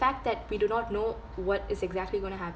fact that we do not know what is exactly going to happen